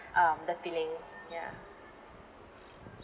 um the feeling ya